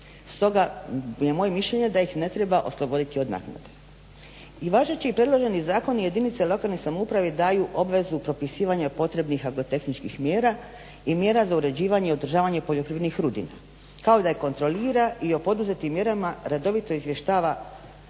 stoga je moje mišljenje da ih ne treba osloboditi od naknade. I važeći i predloženi zakon jedinici lokalne samouprave daju obvezu propisivanja potrebnih agrotehničkih mjera i mjera za uređivanje i održavanje poljoprivrednih rudina, kao da je kontrolira i o poduzetim mjerama redovito izvještava